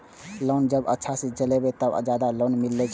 Loan जब अच्छा से चलेबे तो और ज्यादा लोन मिले छै?